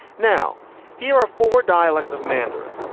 now here are four dialects of mandarin,